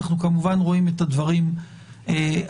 אנחנו כמובן רואים את הדברים אחרת.